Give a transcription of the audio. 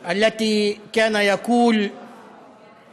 תושבי יישוב זה נהגו לומר עליו: